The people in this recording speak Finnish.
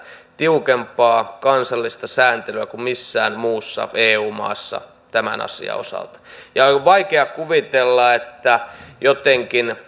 tiukempaa kansallista sääntelyä kuin missään muussa eu maassa tämän asian osalta on vaikea kuvitella että jotenkin